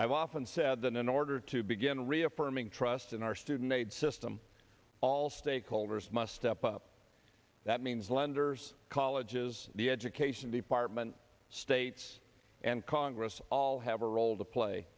i've often said that in order to begin reaffirming trust in our student aid system all stakeholders must step up that means lenders colleges the education department states and congress all have a role to play